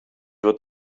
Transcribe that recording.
wird